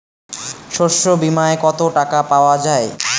শস্য বিমায় কত টাকা পাওয়া যায়?